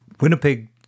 Winnipeg